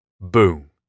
boom